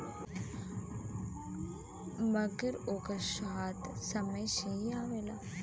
मगर ओकर स्वाद समय से ही आवला